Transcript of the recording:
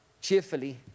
cheerfully